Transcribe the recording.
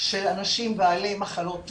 של אנשים בעלי מחלות רקע,